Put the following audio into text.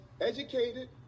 educated